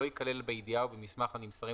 לא ייכלל בידיעה או במסמך הנמסרים